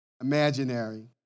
imaginary